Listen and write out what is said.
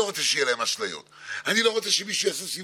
להב"ה הוא פרויקט שפועל לצמצום הפער הדיגיטלי בחברה הישראלית.